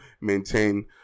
maintain